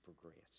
progress